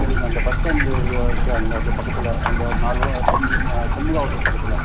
அப்படிங்களா இந்த bus stand இருக்கே அந்த அதுக்கு பக்கத்தில் அந்த நாலு ரெண்டு சண்முகா ஹோட்டல் பக்கத்தில்